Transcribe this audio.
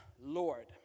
Lord